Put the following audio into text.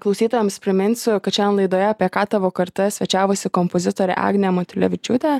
klausytojams priminsiu kad šiandien laidoje apie ką tavo kartą svečiavosi kompozitorė agnė matulevičiūtė